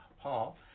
Paul